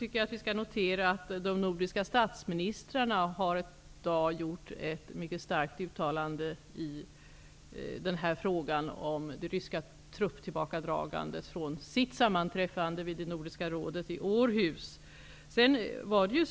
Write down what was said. Fru talman! Vi skall notera att de nordiska statsministrarna i dag har gjort ett mycket starkt uttalande i frågan om det ryska trupptillbakadragandet vid sitt sammanträffande inom ramen för Nordiska rådet i Århus.